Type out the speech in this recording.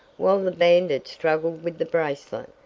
while the bandit struggled with the bracelet,